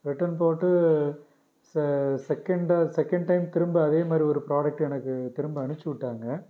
return போட்டு செ செகெண்டா செகண்ட் டைம் திரும்ப அதே மாதிரி ஒரு ப்ராடக்ட் எனக்கு திரும்ப அனுப்புச்சி விட்டாங்க